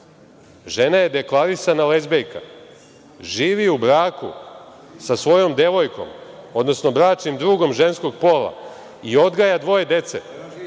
Žena je deklarisana lezbejka. Živi u braku sa svojom devojkom, odnosno bračnim drugom ženskom pola i odgaja dvoje dece.